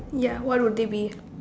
ya what would they be